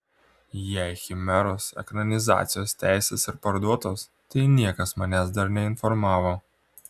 jei chimeros ekranizacijos teisės ir parduotos tai niekas manęs dar neinformavo